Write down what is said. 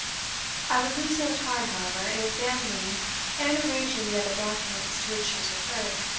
i would lose no time, however, in examining and arranging the other documents to which she has referred